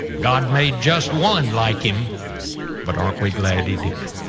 god made just one like him but aren't we glad he did!